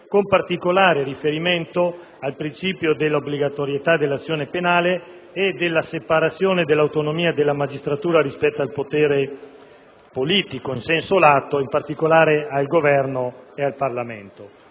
con particolare riferimento al principio dell'obbligatorietà dell'azione penale e della separazione e dell'autonomia della magistratura rispetto al potere politico in senso lato, in particolare al Governo ed al Parlamento.